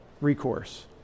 recourse